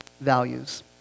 values